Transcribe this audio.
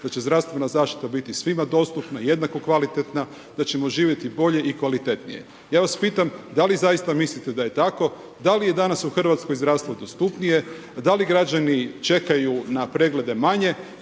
da će zdravstvena zaštita biti svima dostupna, jednako kvalitetna, da ćemo živjeti bolje i kvalitetnije. Ja vas pitam, da li zaista mislite da je tako? Da li je danas u Hrvatskoj zdravstvo dostupnije? Da li građani čekaju na preglede manje?